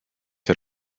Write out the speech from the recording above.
had